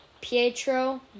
Pietro